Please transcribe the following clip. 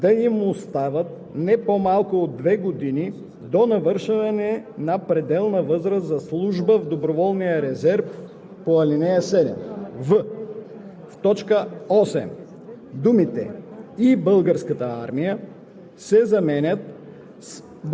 „7. към датата на сключване на договора за служба в доброволния резерв да им остават не по-малко от две години до навършване на пределна възраст за служба в доброволния резерв